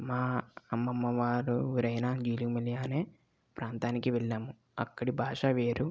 మా అమ్మమ్మ వారు ఊరైన నీలుమని అనే ప్రాంతానికి వెళ్ళాము అక్కడి భాష వేరు